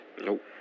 Nope